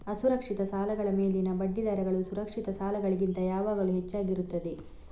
ಅಸುರಕ್ಷಿತ ಸಾಲಗಳ ಮೇಲಿನ ಬಡ್ಡಿ ದರಗಳು ಸುರಕ್ಷಿತ ಸಾಲಗಳಿಗಿಂತ ಯಾವಾಗಲೂ ಹೆಚ್ಚಾಗಿರುತ್ತದೆ